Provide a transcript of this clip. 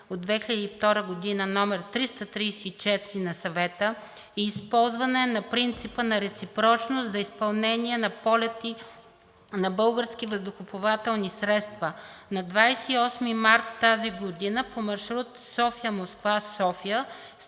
от 2002 г. № 334 на Съвета и използване на принципа на реципрочност за изпълнение на полети на български въздухоплавателни средства. На 28 март тази година по маршрут София – Москва – София